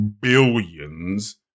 billions